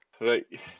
right